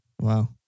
Wow